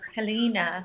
Helena